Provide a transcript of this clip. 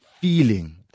feeling